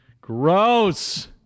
Gross